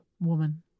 Woman